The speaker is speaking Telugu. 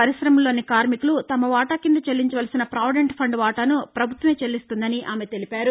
పరిశమల్లోని కార్మికులు తమ వాటా కింద చెల్లించవలసిన పావిడెంట్ ఫండ్ వాటాను పభుత్వమే చెల్లిస్తుందని ఆమె తెలిపారు